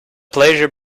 pleasure